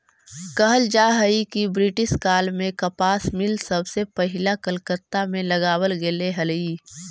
कहल जा हई कि ब्रिटिश काल में कपास मिल सबसे पहिला कलकत्ता में लगावल गेले हलई